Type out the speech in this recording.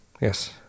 Yes